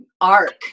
arc